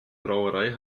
brauerei